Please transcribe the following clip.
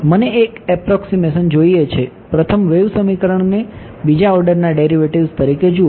મને એક એપ્રોક્સીમેશન જોઈએ છે પ્રથમ વેવ સમીકરણને બીજા ઓર્ડરના ડેરિવેટિવ્ઝ તરીકે જુઓ